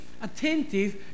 attentive